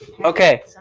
Okay